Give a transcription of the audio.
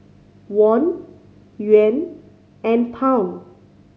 Won Yuan and Pound